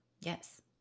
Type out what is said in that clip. Yes